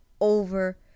over